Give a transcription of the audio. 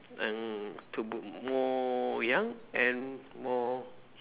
and to look more young and more